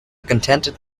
contented